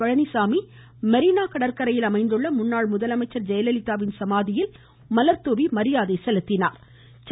பழனிசாமி மெரீனா கடற்கரையில் அமைந்துள்ள முன்னாள் முதலமைச்சா் ஜெயலலிதாவின் சமாதியில் இன்றுகாலை மலா்தூவி மரியாதை செலுத்தின்